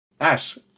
Ash